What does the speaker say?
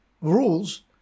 rules